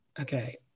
Okay